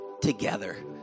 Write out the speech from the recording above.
together